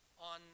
On